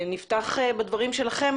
נפתח בדברים שלכם,